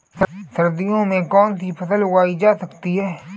सर्दियों में कौनसी फसलें उगाई जा सकती हैं?